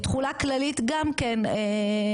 תחולה כללית גם כן,